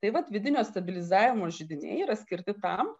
tai vat vidinio stabilizavimo židiniai yra skirti tam